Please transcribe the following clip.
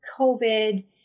COVID